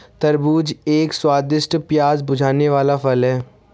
तरबूज एक स्वादिष्ट, प्यास बुझाने वाला फल है